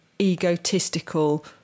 egotistical